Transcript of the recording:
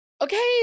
Okay